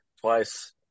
twice